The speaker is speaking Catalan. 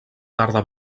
tarda